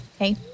Okay